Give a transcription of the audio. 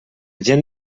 gent